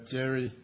Jerry